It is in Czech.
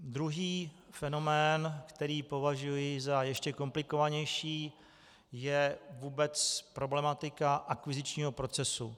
Druhý fenomén, který považuji za ještě komplikovanější, je vůbec problematika akvizičního procesu.